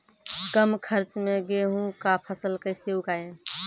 कम खर्च मे गेहूँ का फसल कैसे उगाएं?